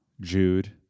Jude